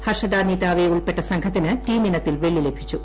ഹർഷദ നിതാവെ ഉൾപ്പെട്ട സംഘത്തിന് ടീം ഇനത്തിൽ വെള്ളി ലഭിച്ചു